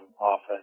office